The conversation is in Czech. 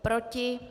Proti?